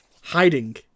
hiding